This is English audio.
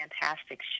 fantastic